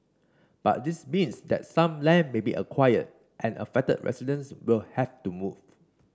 but this means that some land may be acquired and affected residents will have to move